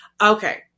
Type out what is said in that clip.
Okay